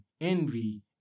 envy